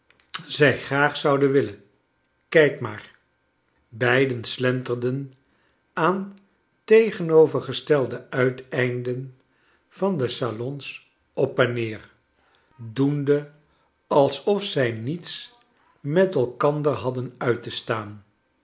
zij graag zouden willen kijk maar beiden slenterden aan tegenovergestelde uiteinden van de salons op en neer doende alsof zij niets met elkander hadden uit te staan